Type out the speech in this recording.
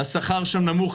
השכר שם נמוך,